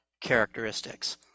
characteristics